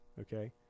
okay